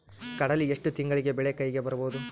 ಕಡಲಿ ಎಷ್ಟು ತಿಂಗಳಿಗೆ ಬೆಳೆ ಕೈಗೆ ಬರಬಹುದು?